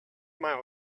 miles